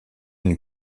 une